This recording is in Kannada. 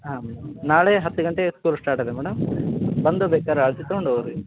ಹಾಂ ಮೇಡಮ್ ನಾಳೆ ಹತ್ತು ಗಂಟೆ ಸ್ಕೂಲ್ ಸ್ಟಾರ್ಟ್ ಅದೆ ಮೇಡಮ್ ಬಂದು ಬೇಕಾರೆ ಅಳ್ತೆ ತಗೊಂಡು ಹೋಗ್ರಿ